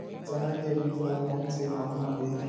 चना के बीज ल कोन से माह म दीही?